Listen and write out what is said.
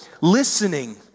listening